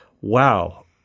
wow